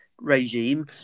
regime